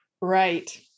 Right